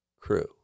crew